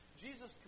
Jesus